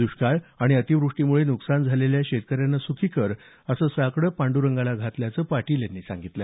द्ष्काळ आणि अतिव्रष्टीमुळे नुकसान झालेल्या शेतकऱ्यांना सुखी कर असं साकडं पांड्रांगाला घातल्याचं पाटील यांनी सांगितलं